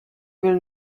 will